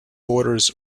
borders